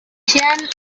jean